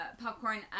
Popcorn